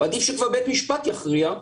עדיף שכבר בית משפט יכריע,